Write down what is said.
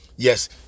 Yes